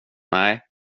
nej